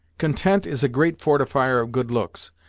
content is a great fortifier of good looks,